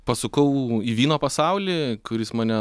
pasukau į vyno pasaulį kuris mane